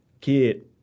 Kid